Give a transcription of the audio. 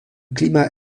climat